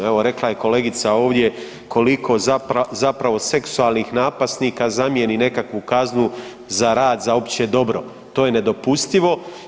Evo, rekla je kolegica ovdje, koliko zapravo seksualnih napasnika zamijeni nekakvu kaznu za rad za opće dobro, to je nedopustivo.